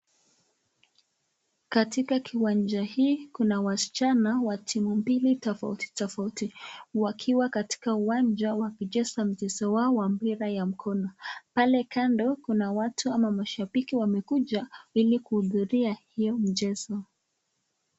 Katika kiwanja hii kuna wasichana wa timu mbili tofauti tofauti wakiwa katika uwanja wakicheza mchezo wao wa mpira ya mkono. Pale kando kuna watu ama mashabiki wamekuja ili kuhudhuria hiyo mchezo.